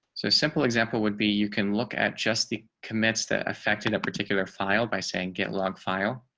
so simple example would be, you can look at just the commits that affected a particular file by saying get log file.